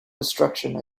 destruction